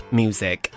music